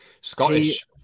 Scottish